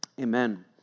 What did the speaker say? amen